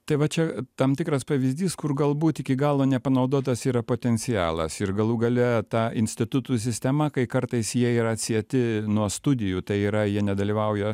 tai va čia tam tikras pavyzdys kur galbūt iki galo nepanaudotas yra potencialas ir galų gale ta institutų sistema kai kartais jie yra atsieti nuo studijų tai yra jie nedalyvauja